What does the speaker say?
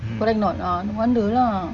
correct or not ah no wonder lah